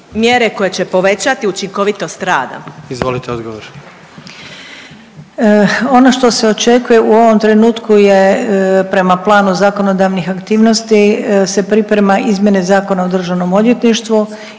Izvolite odgovor. **Hrvoj-Šipek, Zlata** Ono što se očekuje u ovom trenutku je prema planu zakonodavnih aktivnosti se priprema izmjene Zakona o državnom odvjetništvu,